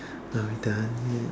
are we done yet